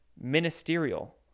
Ministerial